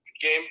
game